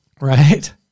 right